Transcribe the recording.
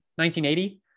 1980